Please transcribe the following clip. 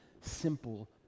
simple